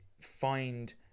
find